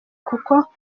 kuko